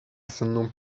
senną